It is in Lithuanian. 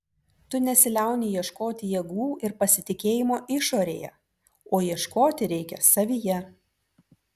tu nesiliauni ieškoti jėgų ir pasitikėjimo išorėje o ieškoti reikia savyje